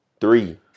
Three